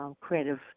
creative